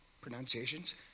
pronunciations